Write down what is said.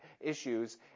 issues